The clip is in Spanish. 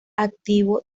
activo